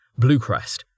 Bluecrest